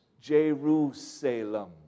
Jerusalem